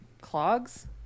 clogs